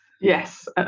Yes